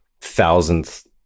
thousandth